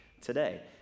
today